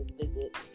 visit